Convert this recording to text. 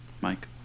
Mike